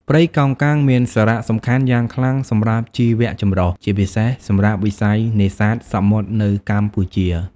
ព្រៃកោងកាងមានសារៈសំខាន់យ៉ាងខ្លាំងសម្រាប់ជីវចម្រុះ ជាពិសេសសម្រាប់វិស័យនេសាទសមុទ្រនៅកម្ពុជា។